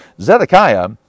Zedekiah